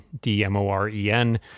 d-m-o-r-e-n